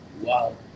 Wow